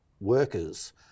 workers